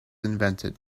invented